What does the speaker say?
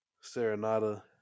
Serenata